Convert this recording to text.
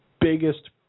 biggest